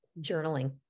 journaling